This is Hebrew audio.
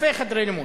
אלפי חדרי לימוד,